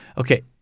Okay